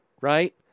right